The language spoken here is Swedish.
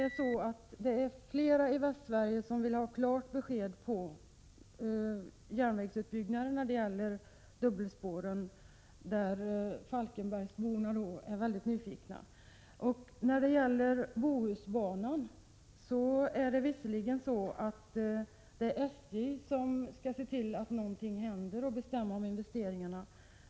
Men som sagt: Flera människor i Västsverige vill ha klart besked om uppbyggnad av dubbelspår. Exempelvis falkenbergsborna är väldigt nyfikna. Beträffande Bohusbanan är det visserligen SJ som skall se till att någonting händer och bestämma om investeringarna.